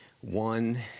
one